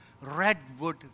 redwood